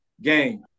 game